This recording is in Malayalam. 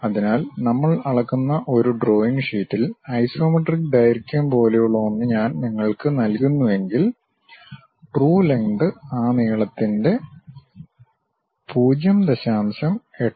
അതിനാൽ നമ്മൾ അളക്കുന്ന ഒരു ഡ്രോയിംഗ് ഷീറ്റിൽ ഐസോമെട്രിക് ദൈർഘ്യം പോലെയുള്ള ഒന്ന് ഞാൻ നിങ്ങൾക്ക് നൽകുന്നുവെങ്കിൽ ട്രു ലെംഗ്ത് ആ നീളത്തിന്റെ 0